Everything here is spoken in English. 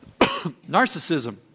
Narcissism